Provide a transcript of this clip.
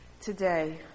Today